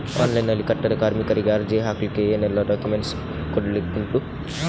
Online ನಲ್ಲಿ ಕಟ್ಟಡ ಕಾರ್ಮಿಕರಿಗೆ ಅರ್ಜಿ ಹಾಕ್ಲಿಕ್ಕೆ ಏನೆಲ್ಲಾ ಡಾಕ್ಯುಮೆಂಟ್ಸ್ ಕೊಡ್ಲಿಕುಂಟು?